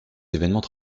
événements